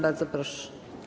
Bardzo proszę.